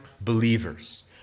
believers